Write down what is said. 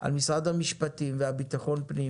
על משרד המשפטים ועל המשרד לביטחון פנים